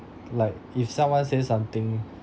like if someone say something